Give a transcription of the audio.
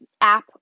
app